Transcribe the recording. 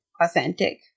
authentic